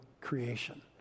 creation